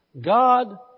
God